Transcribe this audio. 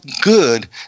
good